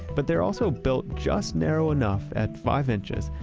but they're also built just narrow enough, at five inches,